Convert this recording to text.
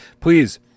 please